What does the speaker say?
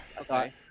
Okay